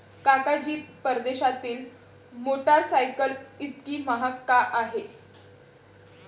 काका जी, परदेशातील मोटरसायकल इतकी महाग का आहे?